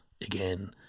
again